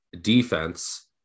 defense